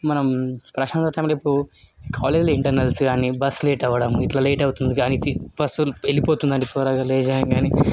మనం కాలేజీలో ఇంటర్నల్స్ కాని బస్సు లేట్ అవ్వడం ఇట్లా లేట్ అవుతుందిగా ఇది బస్సు వెళ్ళిపోతుందంటే త్వరగా లేచాం కాని